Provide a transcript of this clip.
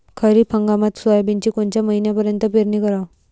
खरीप हंगामात सोयाबीनची कोनच्या महिन्यापर्यंत पेरनी कराव?